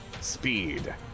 Speed